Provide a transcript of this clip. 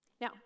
Now